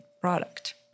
product